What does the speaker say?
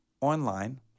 online